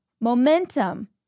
Momentum